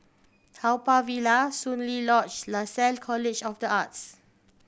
Haw Par Villa Soon Lee Lodge Lasalle College of The Arts